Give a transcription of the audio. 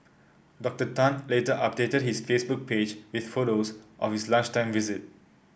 Doctor Tan later updated his Facebook page with photos of his lunchtime visit